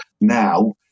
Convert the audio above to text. now